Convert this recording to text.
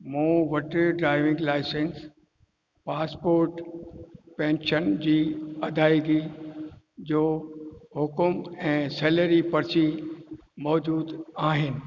मूं वटि driving licence passport pension जी अदायरी जो हुकुम ऐं सेलेरी पर्ची मौजूदु आहिनि